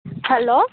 hello